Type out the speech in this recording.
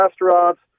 restaurants